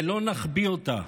ולא נחביא אותה.